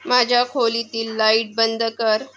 माझ्या खोलीतील लाईट बंद कर